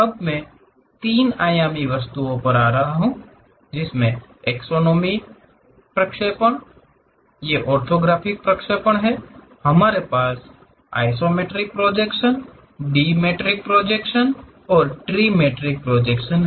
अब मे तीन आयामी वस्तु पर आ रहा है एक्सोनोमेट्रिक प्रक्षेपणों में ये ऑर्थोग्राफिक हैं हमारे पास आइसोमेट्रिक प्रोजेक्शन डिमेट्रिक प्रोजेक्शन और ट्रिमेट्रिक प्रोजेक्शन हैं